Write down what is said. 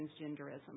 transgenderism